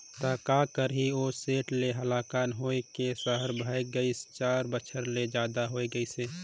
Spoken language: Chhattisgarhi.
त का करही ओ सेठ ले हलाकान होए के सहर भागय गइस, चार बछर ले जादा हो गइसे